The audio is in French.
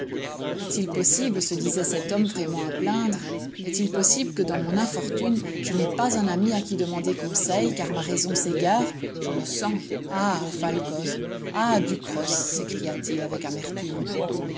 est-il possible se disait cet homme vraiment à plaindre est-il possible que dans mon infortune je n'aie pas un ami à qui demander conseil car ma raison s'égare je le sens ah falcoz ah ducros s'écria-t-il avec amertume